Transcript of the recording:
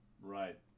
Right